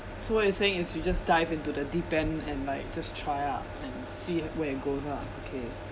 so what you saying is you just dive into the deep end and like just try ah and see where it goes lah okay